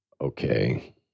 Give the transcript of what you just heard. okay